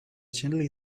gently